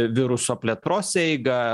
viruso plėtros eigą